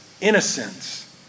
innocence